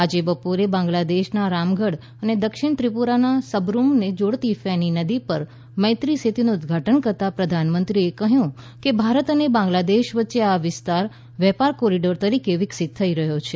આજે બપોરે બાંઝ્લાદેશના રામગઢ અને દક્ષિણ ત્રિપુરાના સબરૂમને જોડતી ફેની નદી પર મૈત્રી સેતુનું ઉદઘાટન કરતાં પ્રધાનમંત્રીએ કહ્યું કે ભારત અને બાંગ્લાદેશ વચ્ચે આ વિસ્તાર વેપાર કોરિડોર તરીકે વિકસિત થઈ રહ્યો છે